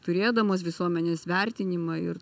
turėdamos visuomenės vertinimą ir